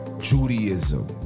Judaism